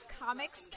comics